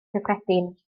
cyffredin